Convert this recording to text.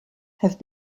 have